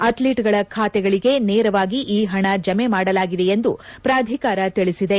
ಅಥ್ಲೀಟ್ಗಳ ಬಾತೆಗಳಿಗೆ ನೇರವಾಗಿ ಈ ಹಣ ಜಮೆ ಮಾಡಲಾಗಿದೆ ಎಂದು ಪ್ರಾಧಿಕಾರ ತಿಳಿಸಿದೆ